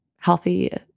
healthy